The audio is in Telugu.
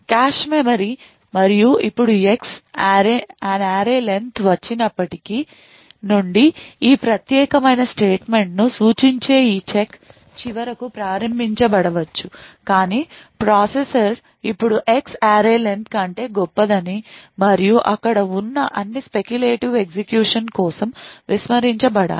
కాష్ మెమరీ మరియు ఇప్పుడు X an array len వచ్చినప్పటి నుండి ఈ ప్రత్యేకమైన స్టేట్మెంట్ను సూచించే ఈ చెక్ చివరకు ప్రారంభించబడవచ్చు కాని ప్రాసెసర్ ఇప్పుడు X array len కంటే గొప్పదని మరియు అక్కడ ఉన్న అన్ని speculative ఎగ్జిక్యూషన్ కోసం విస్మరించబడాలి